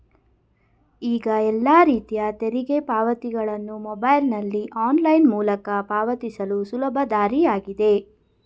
ಈಗ ಎಲ್ಲ ರೀತಿಯ ತೆರಿಗೆ ಪಾವತಿಗಳನ್ನು ಮೊಬೈಲ್ನಲ್ಲಿ ಆನ್ಲೈನ್ ಮೂಲಕ ಪಾವತಿಸಲು ಸುಲಭ ದಾರಿಯಾಗಿದೆ